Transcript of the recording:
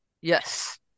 Yes